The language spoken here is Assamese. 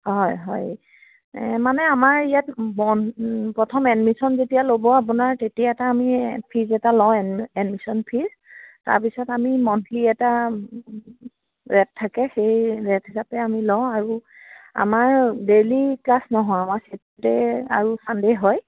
হয় হয় মানে আমাৰ ইয়াত বন প্ৰথম এডমিশ্যন যেতিয়া ল'ব আপোনাৰ তেতিয়া এটা আমি ফিজ এটা লওঁ এড্ এডমিশ্যন ফিজ তাৰপিছত আমি মন্থলী এটা ৰেইট থাকে সেই ৰেইট হিচাপে আমি লওঁ আৰু আমাৰ ডেইলি ক্লাছ নহয় আমাৰ ছেটাৰডে' আৰু ছানডে' হয়